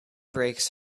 brakes